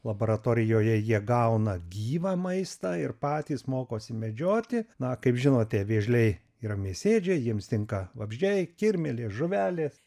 laboratorijoje jie gauna gyvą maistą ir patys mokosi medžioti na kaip žinote vėžliai yra mėsėdžiai jiems tinka vabzdžiai kirmėlės žuvelės